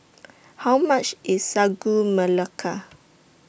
How much IS Sagu Melaka